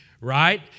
right